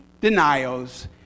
denials